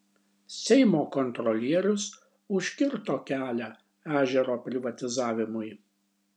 seimo kontrolierius užkirto kelią ežero privatizavimui